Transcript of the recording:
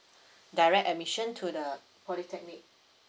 direct admission to the polytechnic